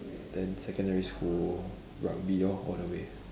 then secondary school rugby lor all the way